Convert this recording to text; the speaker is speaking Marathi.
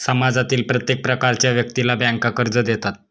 समाजातील प्रत्येक प्रकारच्या व्यक्तीला बँका कर्ज देतात